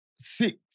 Six